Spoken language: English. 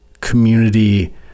community